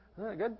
Good